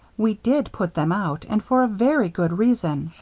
we did put them out and for a very good reason,